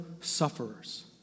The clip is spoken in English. sufferers